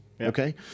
Okay